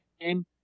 game